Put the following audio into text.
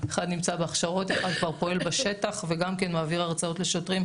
אחד נמצא בהכשרות ואחד כבר פועל בשטח וגם כן מעביר הרצאות לשוטרים,